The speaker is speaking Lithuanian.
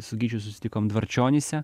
su gyčiu susitikom dvarčionyse